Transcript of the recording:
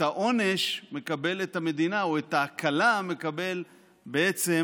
את העונש מקבלת המדינה או את ההקלה מקבל בעצם